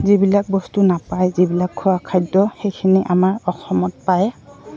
যিবিলাক বস্তু নাপায় যিবিলাক খোৱা খাদ্য সেইখিনি আমাৰ অসমত পায়